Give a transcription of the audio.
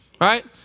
Right